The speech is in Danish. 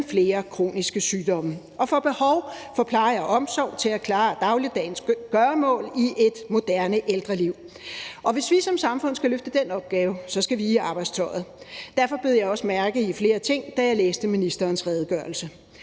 flere kroniske sygdomme, og får behov for pleje og omsorg til at klare dagligdagens gøremål i et moderne ældreliv. Hvis vi som samfund skal løfte den opgave, skal vi i arbejdstøjet. Derfor bed jeg også mærke i flere ting, da jeg læste ministerens redegørelse.